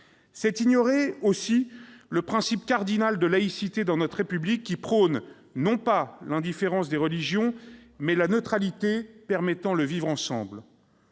C'est ignorer, aussi, le principe cardinal de laïcité dans notre République, qui prône non pas l'indifférence des religions, mais la neutralité permettant le vivre ensemble.